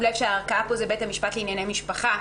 לב שהערכאה פה היא בית המשפט לענייני משפחה,